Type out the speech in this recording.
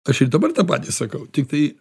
aš ir dabar tą patį sakau tiktai